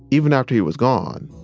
even after he was gone,